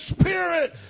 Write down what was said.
Spirit